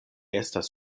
estas